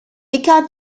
dicker